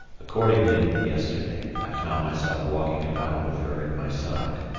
accordingly, yesterday, i found myself walking about with her at my side.